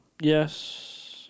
Yes